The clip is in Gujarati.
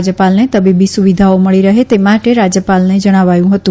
રાજયપાલને તબીબી સુવિધાઓ મળી રહે તે માટે રાજયપાલને જણાવાયું હતું